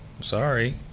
sorry